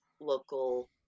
local